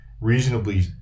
reasonably